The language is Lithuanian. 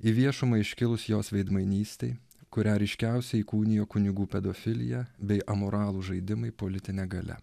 į viešumą iškilus jos veidmainystei kurią ryškiausiai įkūnijo kunigų pedofilija bei amoralūs žaidimai politine galia